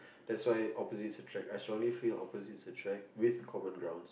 that's why opposite attractions I strongly feel opposite attractions with common ground